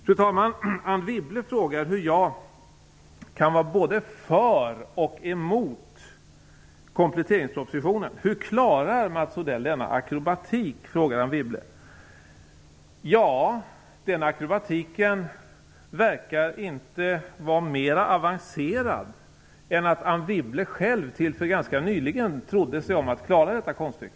Fru talman! Anne Wibble frågade hur jag kan vara både för och emot kompletteringspropositionen. Hur klarar Mats Odell denna akrobatik? frågade Anne Wibble. Ja, den akrobatiken är inte mer avancerad än att Anne Wibble själv till ganska nyligen trodde sig om att klara det konststycket.